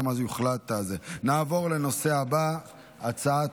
אני קובע כי הצעת